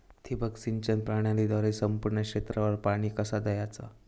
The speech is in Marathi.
ठिबक सिंचन प्रणालीद्वारे संपूर्ण क्षेत्रावर पाणी कसा दयाचा?